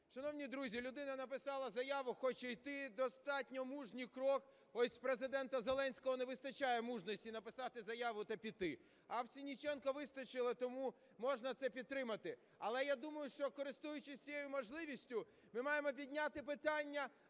Шановні друзі, людина написала заяву, хоче йти. Достатньо мужній крок. Ось у Президента Зеленського не вистачає мужності написати заяву та піти, а у Сенниченка вистачило. Тому можна це підтримати. Але я думаю, що користуючись цією можливістю, ми маємо підняти питання,